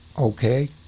okay